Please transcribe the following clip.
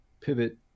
pivot